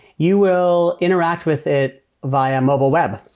you will interact with it via mobile web.